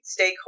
stakeholders